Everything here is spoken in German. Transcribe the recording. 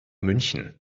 münchen